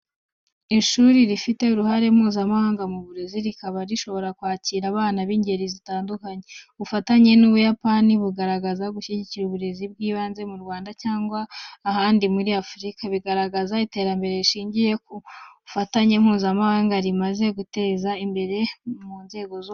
Ishuri rifite uruhare Mpuzamahanga mu burezi, rikaba rishobora kwakira abana b’ingeri zitandukanye. Ubufatanye n'Ubuyapani bugaragaza gushyigikira uburezi bw’ibanze mu Rwanda cyangwa ahandi muri Afurika, bigaragaza iterambere rishingiye ku bufatanye Mpuzamahanga rimaze gutezwa imbere mu nzego zose.